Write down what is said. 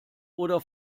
oder